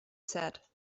said